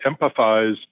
empathize